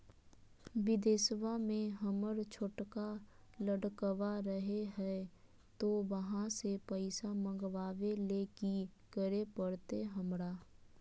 बिदेशवा में हमर छोटका लडकवा रहे हय तो वहाँ से पैसा मगाबे ले कि करे परते हमरा?